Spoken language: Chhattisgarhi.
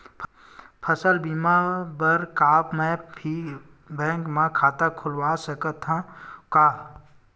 फसल बीमा बर का मैं कोई भी बैंक म खाता खोलवा सकथन का?